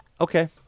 okay